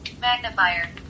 Magnifier